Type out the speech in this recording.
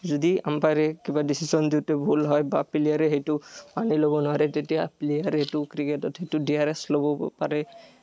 যদি আম্পায়াৰে কিবা ডিচিশ্যন দিওঁতে ভুল হয় বা প্লেয়াৰে সেইটো মানি ল'ব নোৱাৰে তেতিয়া প্লেয়াৰে সেইটো ক্ৰিকেটত সেইটো ডি আৰ এচ ল'ব পাৰে